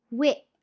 whip